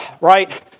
right